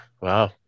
Wow